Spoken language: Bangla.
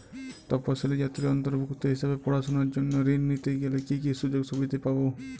তফসিলি জাতির অন্তর্ভুক্ত হিসাবে পড়াশুনার জন্য ঋণ নিতে গেলে কী কী সুযোগ সুবিধে পাব?